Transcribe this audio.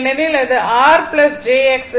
ஏனெனில் இது r R jX